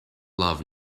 love